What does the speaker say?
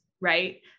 right